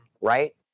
right